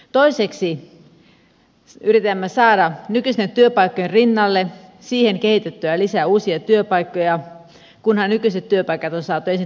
toiseksi yritämme saada nykyisten työpaikkojen rinnalle kehitettyä lisää uusia työpaikkoja kunhan nykyiset työpaikat on saatu ensin turvattua